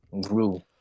grew